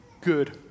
good